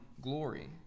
glory